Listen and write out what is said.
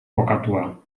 kokatua